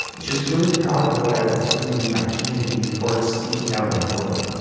and she was really proud of what i was doing in my community for speaking out on bullying.